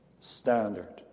standard